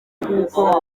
kuko